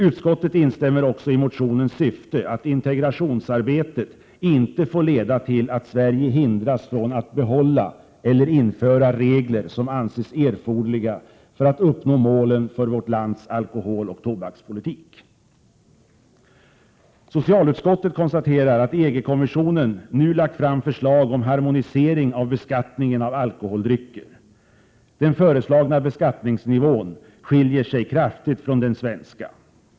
Uskottet instämmer också i motionens syfte att integrationsarbetet inte får leda till att Sverige hindras från att behålla eller införa regler som anses erforderliga för att uppnå målen för vårt lands alkoholoch tobakspolitik. Socialutskottet konstaterar att EG-kommissionen nu lagt fram förslag om harmonisering av beskattningen av alkoholdrycker. Den föreslagna beskattningsnivån skiljer sig kraftigt från den svenska.